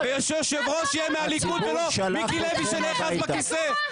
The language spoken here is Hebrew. ושהיושב-ראש יהיה מהליכוד ולא מיקי לוי שנאחז בכיסא.